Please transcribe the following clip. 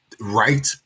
right